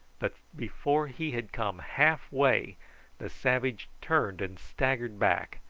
but before he had come half-way the savage turned and staggered back,